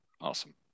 Awesome